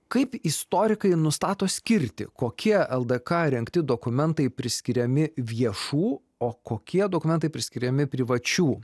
kaip istorikai nustato skirti kokie ldk rengti dokumentai priskiriami viešų o kokie dokumentai priskiriami privačių